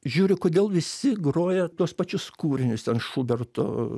žiūriu kodėl visi groja tuos pačius kūrinius ten šuberto